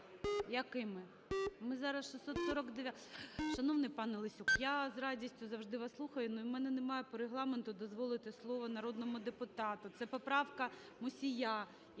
Якими? Ми зараз 649-у. 17:29:03 За-4 Шановний пане Лесюк, я з радістю завжди вас слухаю, но у мене немає по Регламенту дозволити слово народному депутату. Це поправка Мусія.